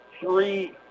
three